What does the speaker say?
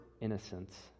innocence